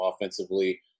offensively